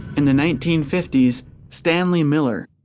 in the nineteen fifties stanley miller,